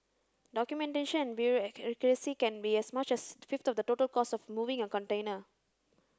documentation and can be as much as a fifth of the total cost of moving a container